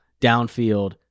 downfield